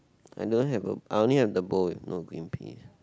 I don't have a I only have the bowl with not green paint